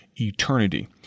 eternity